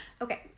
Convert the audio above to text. Okay